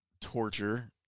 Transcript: torture